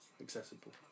accessible